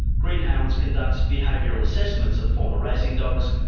greenhounds conducts behavioural assessments of former racing dogs,